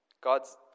God's